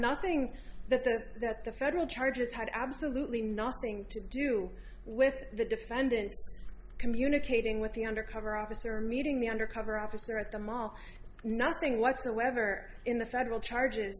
nothing that the federal charges had absolutely nothing to do with the defendant communicating with the undercover officer meeting the undercover officer at the mall nothing whatsoever in the federal charges